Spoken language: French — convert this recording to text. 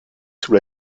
sous